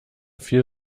viel